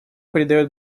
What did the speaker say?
придает